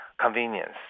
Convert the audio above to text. convenience